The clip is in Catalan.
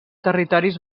territoris